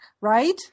Right